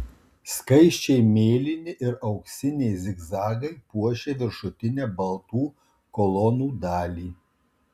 skaisčiai mėlyni ir auksiniai zigzagai puošė viršutinę baltų kolonų dalį